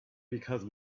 because